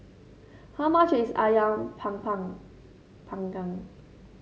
how much is ayam panggang